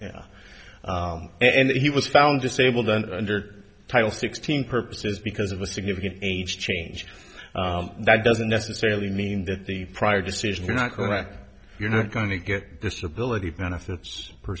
around and he was found disabled and under title sixteen purposes because of a significant age change that doesn't necessarily mean that the prior decisions are not correct you're not going to get disability benefits per